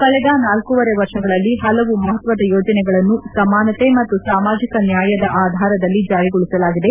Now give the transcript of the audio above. ಕಳೆದ ನಾಲ್ಕೂವರೆ ವರ್ಷಗಳಲ್ಲಿ ಪಲವು ಮಪತ್ವದ ಯೋಜನೆಗಳನ್ನು ಸಮಾನತೆ ಮತ್ತು ಸಾಮಾಜಿಕ ನ್ಯಾಯದ ಆಧಾರದಲ್ಲಿ ಜಾರಿಗೊಳಿಸಲಾಗಿದೆ